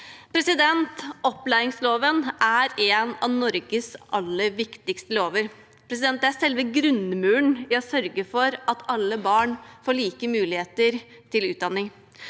Opplæringsloven er en av Norges aller viktigste lover. Den er selve grunnmuren i å sørge for at alle barn får like muligheter til utdanning.